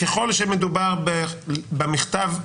ככל שמדובר במכתב,